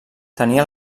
tenia